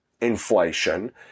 inflation